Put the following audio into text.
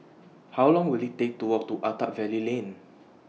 How Long Will IT Take to Walk to Attap Valley Lane